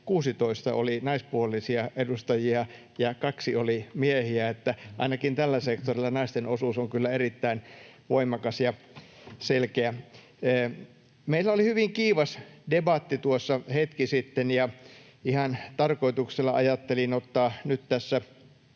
16 oli naispuolisia edustajia ja kaksi oli miehiä, niin että ainakin tällä sektorilla naisten osuus on kyllä erittäin voimakas ja selkeä. Meillä oli hyvin kiivas debatti tuossa hetki sitten, ja ihan tarkoituksella ajattelin ottaa nyt tässä